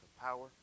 power